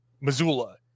Missoula